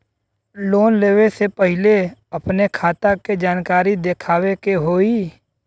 Loan लेवे से पहिले अपने खाता के जानकारी दिखावे के होई?